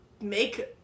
make